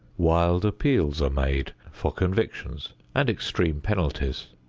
wild appeals are made for convictions and extreme penalties.